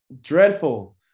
dreadful